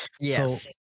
yes